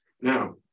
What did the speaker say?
Now